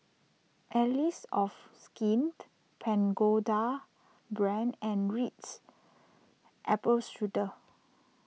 Allies of Skint Pagoda Brand and Ritz Apple Strudel